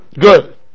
Good